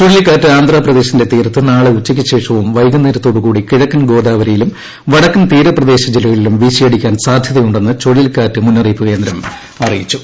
ചുഴലിക്കാറ്റ് ആന്ധ്രാപേദശിന്റെ തീരത്ത് നാളെ ഉച്ചയ്ക്ക് ശേഷവും വൈകുന്നേരത്തോടുകൂടി കിഴക്കൻ ഗോദാവരിയിലും വടക്കൻ തീരപ്രദേശ ജില്ലകളിലും വീശിയടിക്കാൻ സാധൃതയുണ്ടെന്ന് ചുഴലിക്കാറ്റ് മുന്നറിയിപ്പ് കേന്ദ്രം അറിയിച്ചു